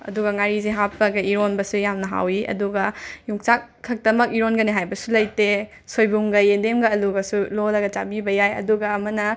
ꯑꯗꯨꯒ ꯉꯥꯔꯤꯁꯤ ꯍꯥꯞꯄꯒ ꯏꯔꯣꯟꯕꯁꯨ ꯌꯥꯝꯅ ꯍꯥꯎꯏ ꯑꯗꯨꯒ ꯌꯣꯡꯆꯥꯛ ꯈꯛꯇꯃꯛ ꯏꯔꯣꯟꯒꯅꯤ ꯍꯥꯏꯕꯁꯨ ꯂꯩꯇꯦ ꯁꯣꯏꯕꯨꯝꯒ ꯌꯦꯟꯗꯦꯝꯒ ꯑꯜꯂꯨꯒꯁꯨ ꯂꯣꯜꯂꯒ ꯆꯥꯕꯤꯕ ꯌꯥꯏ ꯑꯗꯨꯒ ꯑꯃꯅ